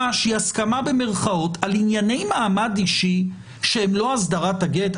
שהיא "הסכמה" במרכאות על עניני מעמד אישי שהם לא הסדרת הגט.